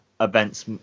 events